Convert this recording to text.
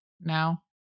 now